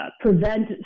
prevent